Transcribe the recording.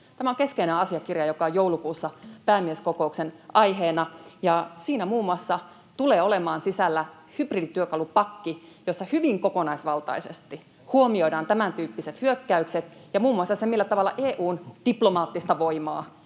Tämä on keskeinen asiakirja, joka on joulukuussa päämieskokouksen aiheena, ja siinä muun muassa tulee olemaan sisällä hybridityökalupakki, jossa hyvin kokonaisvaltaisesti huomioidaan tämäntyyppiset hyökkäykset ja muun muassa se, millä tavalla EU:n diplomaattista voimaa,